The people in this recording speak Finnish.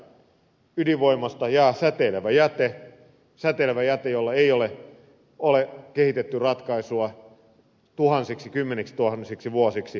ennen kaikkea ydinvoimasta jää säteilevä jäte säteilevä jäte jolle ei ole kehitetty ratkaisua tuhansiksi kymmeniksi tuhansiksi vuosiksi eteenpäin